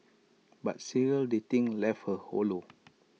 but serial dating left her hollow